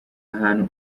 hantu